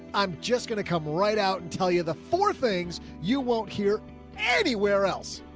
i'm just going to come right out and tell you the forty things you won't hear anywhere else.